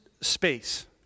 space